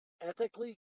ethically